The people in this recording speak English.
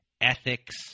ethics